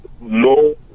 no